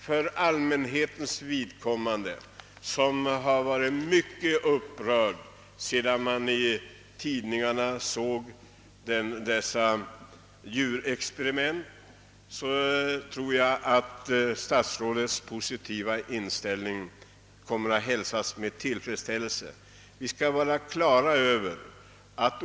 Även allmänheten — som ju varit mycket upprörd efter tidningarnas artiklar om djurexperimenten — torde komma att hälsa statsrådets positiva inställning med tillfredsställelse.